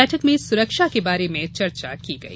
बैठक में सुरक्षा के बारे में चर्चा की गई